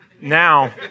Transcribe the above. now